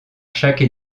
chaque